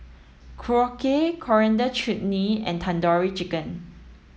Korokke Coriander Chutney and Tandoori Chicken